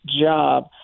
job